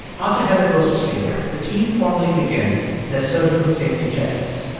after heather goes to sleep, the team formally begins their surgical safety checklist.